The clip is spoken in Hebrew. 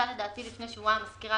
יצאה לדעתי לפי דעתי לפני שבועיים הסקירה